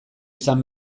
izan